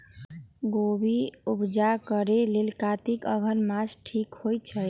गोभि उपजा करेलेल कातिक अगहन मास ठीक होई छै